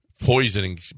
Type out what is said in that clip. poisoning